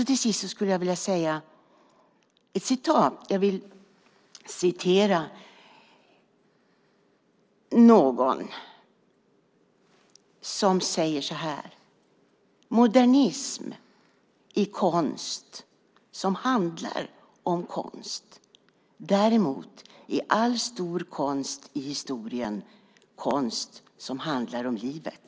Till sist skulle jag vilja återge det någon har sagt: Modernism är konst som handlar om konst, däremot är all stor konst i historien konst som handlar om livet.